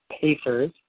Pacers